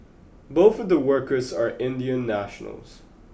both of the workers are Indian nationals